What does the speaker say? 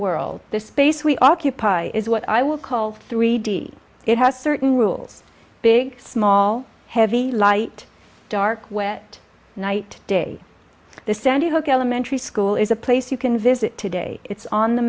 world the space we occupy is what i will call three d it has certain rules big small heavy light dark wet night day the sandy hook elementary school is a place you can visit today it's on the